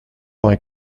vingt